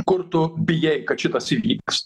kur tu bijai kad šitas įvyks